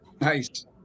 Nice